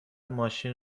ماشین